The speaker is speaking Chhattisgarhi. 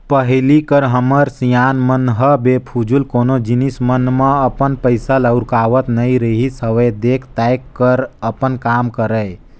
पहिली कर हमर सियान मन ह बेफिजूल कोनो जिनिस मन म अपन पइसा ल उरकावत नइ रिहिस हवय देख ताएक कर अपन काम करय